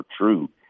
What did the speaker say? true